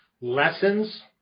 lessons